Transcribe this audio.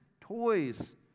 toys